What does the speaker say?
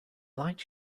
light